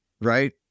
right